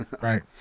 Right